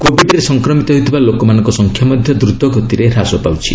କୋବିଡ୍ରେ ସଂକ୍ରମିତ ହେଉଥିବା ଲେକମାନଙ୍କ ସଂଖ୍ୟା ମଧ୍ୟ ଦ୍ରତଗତିରେ ହ୍ରାସ ପାଉଛି